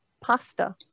pasta